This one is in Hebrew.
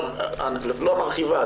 לא המרחיבה,